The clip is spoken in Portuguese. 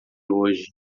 hoje